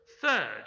Third